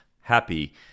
Happy